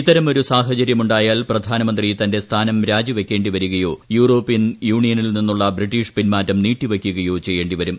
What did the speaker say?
ഇത്തരം ഒരു സാഹചര്യമുണ്ടായാൽ പ്രധാനമന്ത്രി തന്റെ സ്ഥാനം രാജിവയ്ക്കേണ്ടി വരികയോ യൂറോപ്യൻ യൂണിയനിൽ നിന്നുള്ള ബ്രിട്ടീഷ് പിൻമാറ്റം നീട്ടിവയ്ക്കുകയോ ചെയ്യേണ്ടി വരും